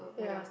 yeah